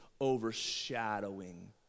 overshadowing